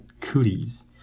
cooties